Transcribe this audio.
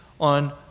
on